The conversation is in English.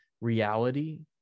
reality